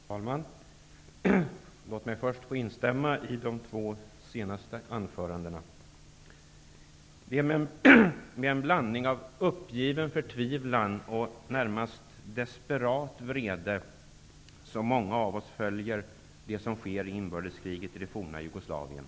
Herr talman! Låt mig först få instämma i de två senaste anförandena. Det är med en blandning av uppgiven förtvivlan och närmast desperat vrede som många av oss följer det som sker i inbördeskriget i det forna Jugoslavien.